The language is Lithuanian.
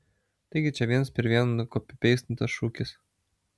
taigi čia viens prie vieno nukopipeistintas šūkis